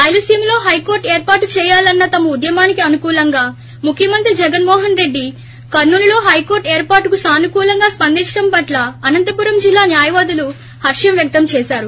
రాయలసీమలో హైకోర్టు ఏర్పాటు చేయాలన్న తమ ఉద్యమానికి అనుకూలంగా ముఖ్యమంత్రి జగన్మోహన్ రెడ్డి కర్నూలులో హైకోర్టు ఏర్పాటు కు సానుకూలంగా స్పందించటం పట్ల అనంతపురం జిల్లా న్యాయవాదులు హర్షం వ్యక్తం చేశారు